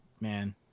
man